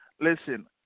listen